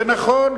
זה נכון.